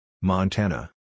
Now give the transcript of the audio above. Montana